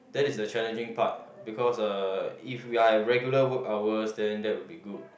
that is a challenging part because uh if we're in regular work hours then that will be good